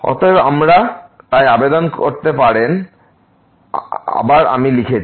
অতএব আমরা তাই আবেদন করতে পারেন আবার আমি লিখেছি